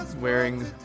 wearing